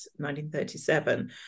1937